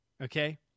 Okay